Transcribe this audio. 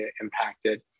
impacted